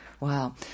Wow